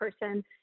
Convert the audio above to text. person